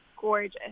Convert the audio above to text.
gorgeous